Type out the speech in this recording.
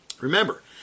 Remember